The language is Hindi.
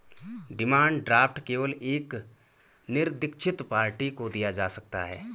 डिमांड ड्राफ्ट केवल एक निरदीक्षित पार्टी को दिया जा सकता है